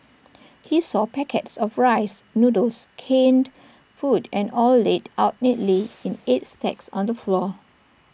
he saw packets of rice noodles canned food and oil laid out neatly in eight stacks on the floor